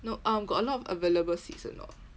no um got a lot of available seats or not